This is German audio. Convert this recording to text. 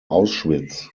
auschwitz